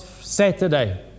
Saturday